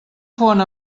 font